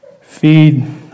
feed